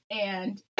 and-